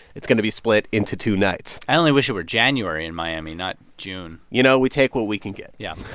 it's going to be split into two nights i only wish it were january in miami, not june you know, we take what we can get yeah